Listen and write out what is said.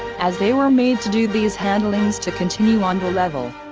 as they were made to do these handlings to continue on the level.